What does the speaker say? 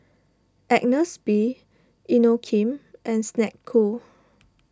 Agnes B Inokim and Snek Ku